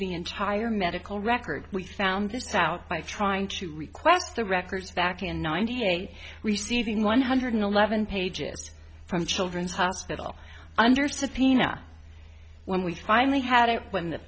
the entire medical records we found this out by trying to request the records back in ninety eight receiving one hundred eleven pages from children's hospital under subpoena when we finally had it when the